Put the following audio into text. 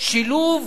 היה שילוב